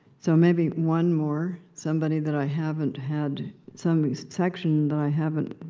so maybe one more? somebody that i haven't had some section that i haven't.